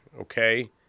okay